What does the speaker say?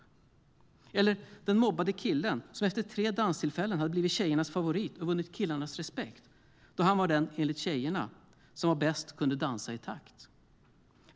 Och jag tänker på den mobbade killen, som efter tre danstillfällen hade blivit tjejernas favorit och vunnit killarnas respekt, då han var den, enligt tjejerna, som bäst kunde dansa i takt.